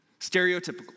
stereotypical